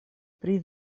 pri